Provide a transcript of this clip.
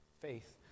faith